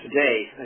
today